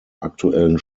aktuellen